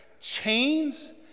chains